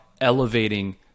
elevating